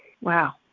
Wow